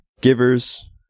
givers